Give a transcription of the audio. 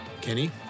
Kenny